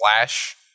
flash